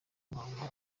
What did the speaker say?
muhango